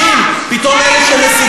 פתאום הם מכפישים, פתאום הם שמסיתים?